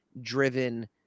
driven